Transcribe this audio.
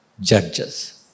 judges